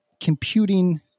computing